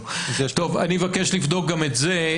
אני מבקש לבדוק גם את זה.